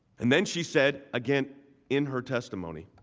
and then she said again in her testimony